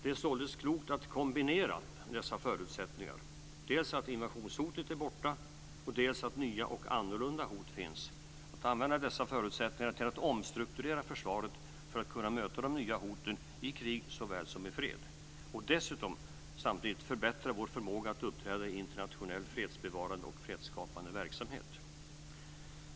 Det är således klokt att kombinera dessa förutsättningar - dels att invasionshotet är borta, dels att nya och annorlunda hot finns - och använda dem till att omstrukturera försvaret för att kunna möta de nya hoten i krig såväl som i fred och dessutom samtidigt förbättra vår förmåga att uppträda i internationell fredsbevarande och fredsskapande verksamhet.